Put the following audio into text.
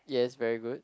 yes very good